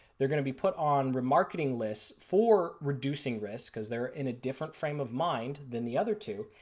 they are going to be put on your marketing list for reducing risk because they are in a different frame of mind than the other two.